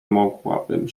mogłabym